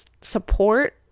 support